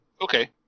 Okay